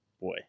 boy